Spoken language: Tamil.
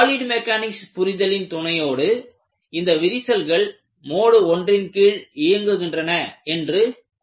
சாலிட் மெக்கானிக்ஸ் புரிதலின் துணையோடு இந்த விரிசல்கள் மோடு 1 ன் கீழ் இயங்குகின்றன என்று கூறலாம்